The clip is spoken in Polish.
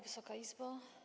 Wysoka Izbo!